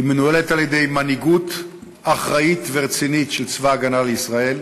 היא מנוהלת על-ידי מנהיגות אחראית ורצינית של צבא הגנה לישראל.